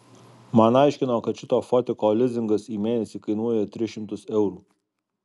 man aiškino kad šito fotiko lizingas į mėnesį kainuoja tris šimtus eurų